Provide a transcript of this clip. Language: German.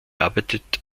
arbeitet